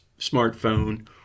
smartphone